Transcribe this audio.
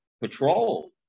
patrol